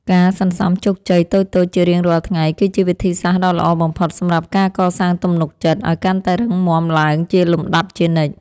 ការសន្សំជោគជ័យតូចៗជារៀងរាល់ថ្ងៃគឺជាវិធីសាស្ត្រដ៏ល្អបំផុតសម្រាប់ការកសាងទំនុកចិត្តឱ្យកាន់តែរឹងមាំឡើងជាលំដាប់ជានិច្ច។